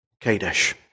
Kadesh